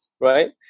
right